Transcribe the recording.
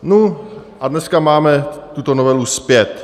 Nu, dneska máme tuto novelu zpět.